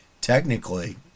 technically